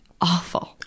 awful